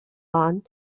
line